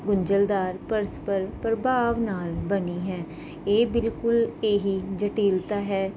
ਗੁੰਝਲਦਾਰ ਪਰਸਪਰ ਪ੍ਰਭਾਵ ਨਾਲ ਬਣੀ ਹੈ ਇਹ ਬਿਲਕੁਲ ਇਹ ਹੀ ਜਟਿਲਤਾ ਹੈ